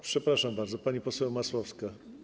Przepraszam bardzo, pani poseł Masłowska.